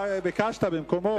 אבל אתה ביקשת במקומו.